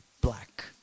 black